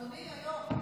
אדוני היו"ר,